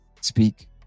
Speak